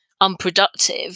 unproductive